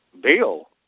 Bill